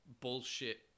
bullshit